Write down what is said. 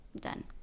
Done